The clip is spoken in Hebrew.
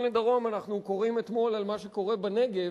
לדרום אנחנו קוראים אתמול על מה שקורה בנגב,